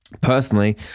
personally